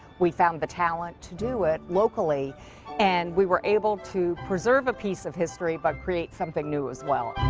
we found the talent to do it locally and we were able to preserve a piece of history but create something new as well!